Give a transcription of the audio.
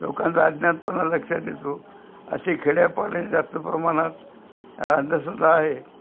लोकांचा अज्ञानपणा लक्ष देतो असे खेड्यापाड्यात जास्त प्रमाणात अंधश्रद्धा आहे